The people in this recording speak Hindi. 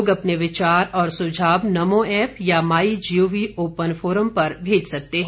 लोग अपने विचार और सुझाव नमो ऐप या माई जीओवी ओपन फोरम पर भेज सकते हैं